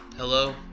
Hello